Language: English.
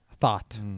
thought